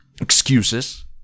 excuses